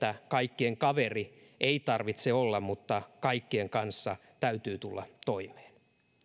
kaikkien kaveri ei tarvitse olla mutta kaikkien kanssa täytyy tulla toimeen